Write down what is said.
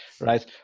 Right